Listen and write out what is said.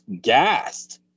gassed